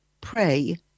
pray